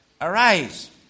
arise